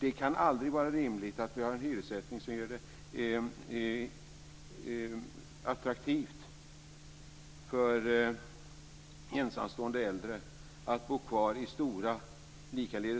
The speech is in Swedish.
Det kan aldrig vara rimligt att vi har en hyressättning som gör det attraktivt för ensamstående äldre att bo kvar i stora